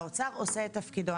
והאוצר עושה את תפקידו.